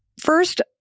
First